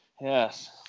Yes